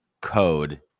code